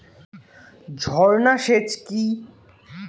ঝর্না সেচ কি?